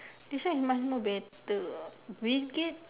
this one is much more better ah bill-gates